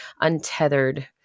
untethered